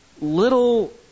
little